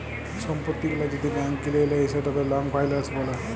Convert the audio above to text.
সম্পত্তি গুলা যদি ব্যাংক কিলে লেই সেটকে লং ফাইলাল্স ব্যলে